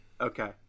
Okay